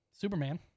Superman